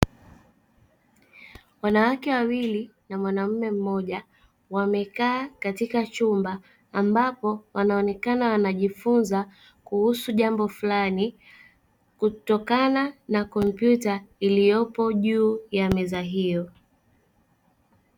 Wanawake wawili na mwanaume mmoja wamekaa katika chumba ambapo wanaonekana wanajifunza kuhusu jambo fulani kutokana na kompyuta iliyopo juu ya meza hiyo.